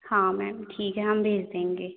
हाँ मैम ठीक है हम भेज देंगे